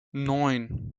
neun